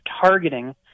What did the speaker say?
targeting